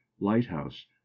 lighthouse